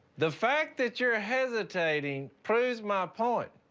the fact that you're hesitating proves my point.